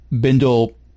Bindle